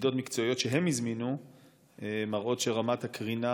מדידות מקצועיות שהם הזמינו מראות שרמת הקרינה,